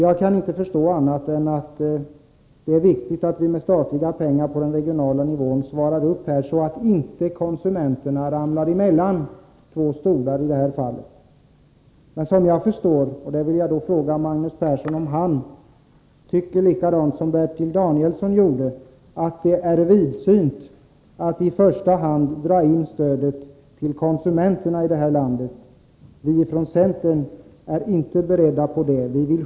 Jag kan inte förstå annat än att det är viktigt att vi ställer upp med statliga — Nr 145 pengar på den regionala nivån, så att inte konsumenterna här ramlar mellan Onsdagen den två stolar. Jag vill fråga om Magnus Persson tycker likadant som Bertil 16 maj 1984 Danielsson, nämligen att det är vidsynt att i första hand dra in stödet till konsumenterna i det här landet. Vi från centern är inte beredda på det. Vi vill